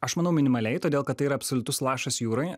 aš manau minimaliai todėl kad tai yra absoliutus lašas jūroj